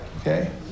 okay